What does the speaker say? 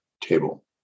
table